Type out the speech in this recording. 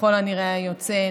ככל הנראה היוצא,